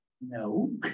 no